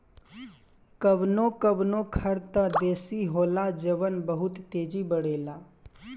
कवनो कवनो खर त देसी होला जवन बहुत तेजी बड़ेला